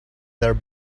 their